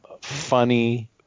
funny